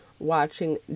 Watching